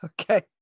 Okay